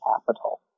capital